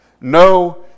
No